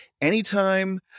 Anytime